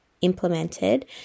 implemented